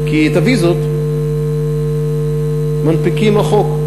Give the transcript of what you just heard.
כי את הוויזות מנפיקים רחוק.